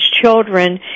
children